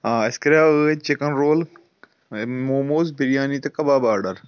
آ اَسہِ کَرِیَو ٲدۍ چِکَن رول مُومُوز بِریانی تہٕ کَباب آرڈَر